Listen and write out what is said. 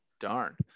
darn